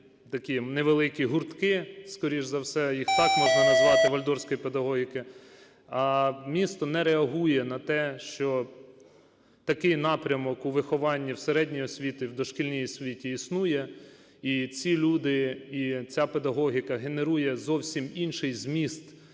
такі невеликі гуртки, скоріш за все, їх так можна назвати, вальдорфської педагогіки. А місто не реагує на те, що такий напрямок у вихованні в середній освіті і в дошкільній освіті існує, і ці люди, і ця педагогіка генерує зовсім інший зміст